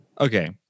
Okay